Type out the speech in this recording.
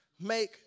make